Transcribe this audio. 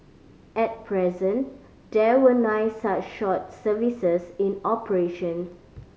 at present there were nine such short services in operation